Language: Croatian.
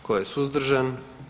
Tko je suzdržan?